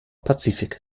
pazifik